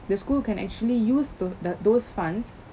the school can actually use th~ the those funds